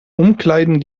umkleiden